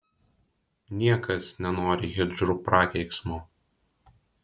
niekas nenori hidžrų prakeiksmo